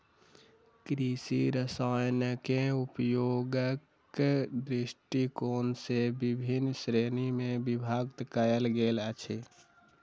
कृषि रसायनकेँ उपयोगक दृष्टिकोण सॅ विभिन्न श्रेणी मे विभक्त कयल गेल अछि